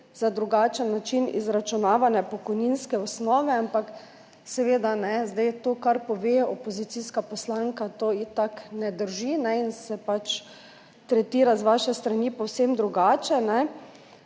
za drugačen način izračunavanja pokojninske osnove, ampak seveda, to, kar pove opozicijska poslanka, to itak ne drži in se pač tretira z vaše strani povsem drugače,